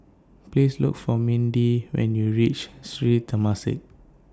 Please Look For Minda when YOU REACH Sri Temasek